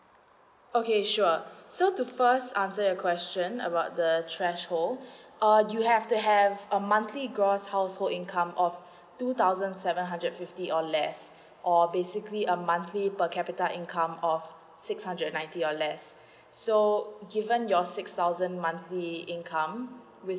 okay sure so to first answer your question about the threshold all you have to have a monthly gross household income of two thousand seven hundred fifty or less or basically a monthly per capita income of six hundred ninety or less so given your six thousand monthly income with